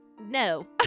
No